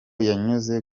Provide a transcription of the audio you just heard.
yanyuze